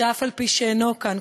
שאף-על-פי שאינו כאן,